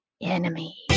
enemy